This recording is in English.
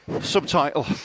Subtitle